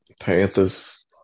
Panthers